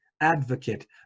advocate